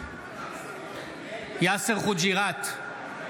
יאסר חוג'יראת,